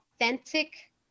authentic